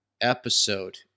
episode